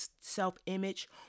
self-image